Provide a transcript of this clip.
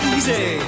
Easy